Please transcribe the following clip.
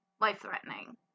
life-threatening